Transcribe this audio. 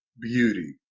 beauty